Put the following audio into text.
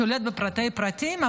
שולט בפרטי פרטים,